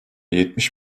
yetmiş